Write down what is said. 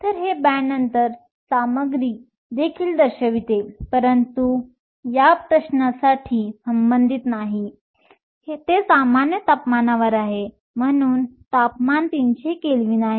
तर हे बँड अंतर सामग्री देखील दर्शविते परंतु ते या प्रश्नासाठी संबंधित नाही ते सामान्य तापमानावर आहे म्हणून तापमान 300 केल्विन आहे